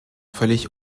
völlig